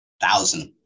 thousand